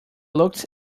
looked